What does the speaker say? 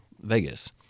Vegas